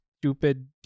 stupid